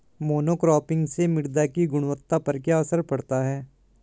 Monocropping से मृदा की गुणवत्ता पर क्या असर पड़ता है?